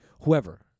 Whoever